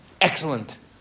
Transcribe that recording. Excellent